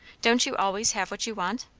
don't you always have what you want?